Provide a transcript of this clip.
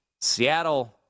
Seattle